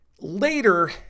Later